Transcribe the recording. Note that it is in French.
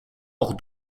hors